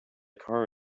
car